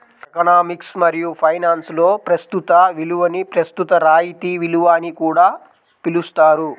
economics మరియు ఫైనాన్స్లో ప్రస్తుత విలువని ప్రస్తుత రాయితీ విలువ అని కూడా పిలుస్తారు